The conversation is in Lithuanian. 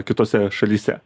kitose šalyse